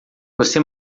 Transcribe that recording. você